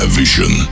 vision